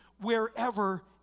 wherever